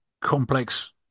complex